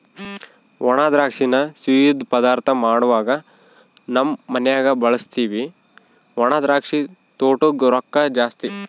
ಒಣದ್ರಾಕ್ಷಿನ ಸಿಯ್ಯುದ್ ಪದಾರ್ಥ ಮಾಡ್ವಾಗ ನಮ್ ಮನ್ಯಗ ಬಳುಸ್ತೀವಿ ಒಣದ್ರಾಕ್ಷಿ ತೊಟೂಗ್ ರೊಕ್ಕ ಜಾಸ್ತಿ